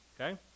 okay